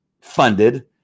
funded